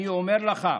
אני אומר לך,